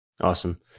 Awesome